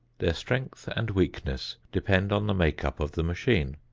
their strength and weakness depend on the make-up of the machine.